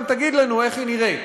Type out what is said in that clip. גם תגיד לנו איך היא נראית.